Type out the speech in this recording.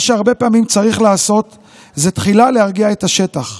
מה שהרבה פעמים צריך לעשות זה תחילה להרגיע את השטח,